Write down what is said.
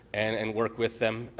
and and work with them.